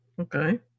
Okay